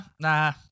Nah